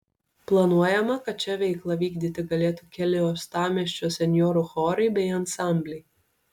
planuojama kad čia veiklą vykdyti galėtų keli uostamiesčio senjorų chorai bei ansambliai